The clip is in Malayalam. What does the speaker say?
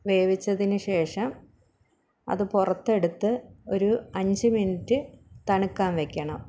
വേവിച്ചതിന് ശേഷം അത് പുറത്തെടുത്ത് ഒരു അഞ്ച് മിനിറ്റ് തണുക്കാൻ വെക്കണം